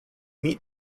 meet